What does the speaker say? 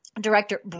director